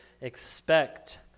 expect